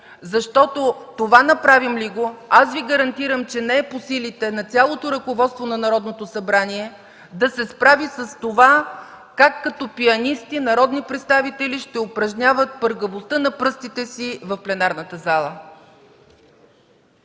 Защото направим ли това, аз Ви гарантирам, че не е по силите на цялото ръководство на Народното събрание да се справи с това – как като пианисти народни представители ще упражняват пъргавостта на пръстите си в пленарната зала.